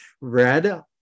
red